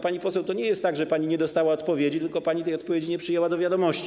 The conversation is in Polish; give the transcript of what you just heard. Pani poseł, to nie jest tak, że pani nie dostała odpowiedzi, tylko pani tej odpowiedzi nie przyjęła do wiadomości.